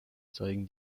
zeigen